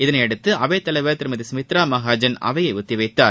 இதனையடுத்து அவைத் தலைவர் திருமதி சுமித்ரா மகாஜன் அவையை ஒத்திவைத்தார்